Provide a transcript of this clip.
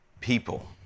people